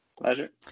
pleasure